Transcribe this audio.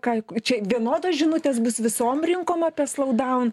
ką čia vienodos žinutės bus visom rinkom apie slowdown